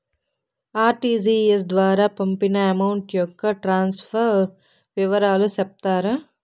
RTGS ద్వారా పంపిన amount యొక్క ట్రాన్స్ఫర్ వివరాలు సెప్తారా